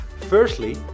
Firstly